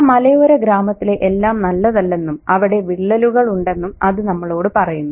ആ മലയോര ഗ്രാമത്തിലെ എല്ലാം നല്ലതല്ലെന്നും അവിടെ വിള്ളലുകളുണ്ടെന്നും അത് നമ്മളോട് പറയുന്നു